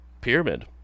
pyramid